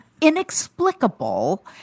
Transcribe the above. inexplicable